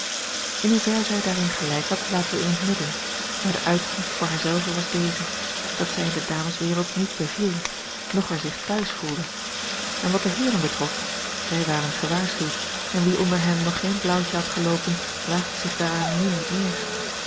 in hoever zij daarin gelijk had laten wij in het midden maar de uitkomst voor haar zelve was deze dat zij in de dameswereld niet beviel noch er zich thuis voelde en wat de heeren betrof zij waren gewaarschuwd en wie onder hen nog geen blauwtje had geloopen waagde zich daaraan n niet meer